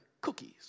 cookies